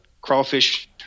crawfish